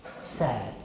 sad